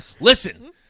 Listen